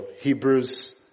Hebrews